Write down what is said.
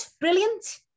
brilliant